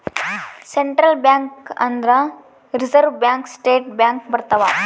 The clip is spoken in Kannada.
ಸೆಂಟ್ರಲ್ ಬ್ಯಾಂಕ್ ಅಂದ್ರ ರಿಸರ್ವ್ ಬ್ಯಾಂಕ್ ಸ್ಟೇಟ್ ಬ್ಯಾಂಕ್ ಬರ್ತವ